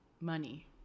Money